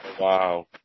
Wow